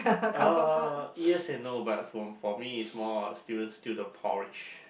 uh yes and no but for for me is more still still the porridge